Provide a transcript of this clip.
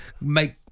make